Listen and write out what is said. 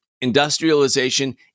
industrialization